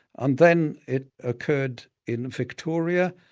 and then it occurred in victoria,